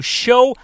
show